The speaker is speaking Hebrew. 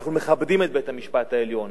אנחנו מכבדים את בית-המשפט העליון,